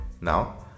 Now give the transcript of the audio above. now